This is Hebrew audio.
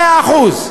100%,